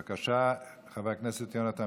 בבקשה, חבר הכנסת יונתן